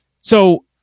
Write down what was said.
So-